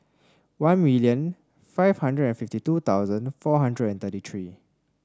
one million five hundred and fifty two thousand four hundred and thirty three